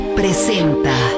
presenta